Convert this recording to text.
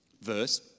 verse